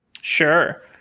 Sure